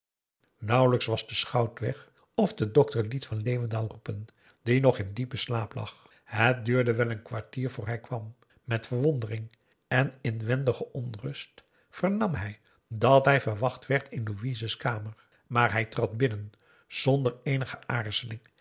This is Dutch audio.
nauwelijks was de schout weg of de dokter liet van leeuwendaal roepen die nog in diepen slaap lag het duurde wel een kwartier voor hij kwam met verwondering en inwendige onrust vernam hij dat hij verwacht werd in louises kamer maar hij trad binnen zonder eenige